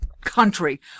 country—